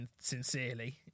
sincerely